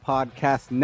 Podcast